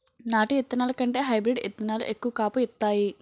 నాటు ఇత్తనాల కంటే హైబ్రీడ్ ఇత్తనాలు ఎక్కువ కాపు ఇత్తాయి